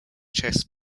chess